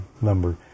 number